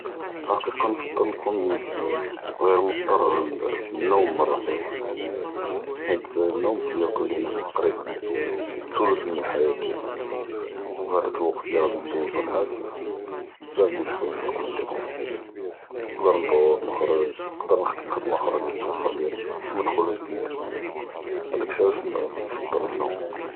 פי אלחקיקה נפדל נכון ע’יר מצטר ללנום מרה אח’רה, חית אלנום כיאכל לינא תקְרִיבַּאן אלתלת’ דיאל מן אלחיאה דיאלנא, ו האדאכ אלוקת לי ראדי נדוזו נעאסין, בזאף דיאל אלחואיג’ נקדר נדירהם, פ, נקדר נדור נخرج נקדר נח’דמא ח’דמא וחדח’רא לי תוופּרלי מדח’ול ג’דיד, האדאכ שי עלאש נ